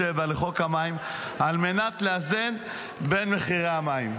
לחוק המים על מנת לאזן בין מחירי המים.